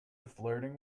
flirting